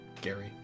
Gary